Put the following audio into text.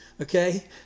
Okay